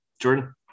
Jordan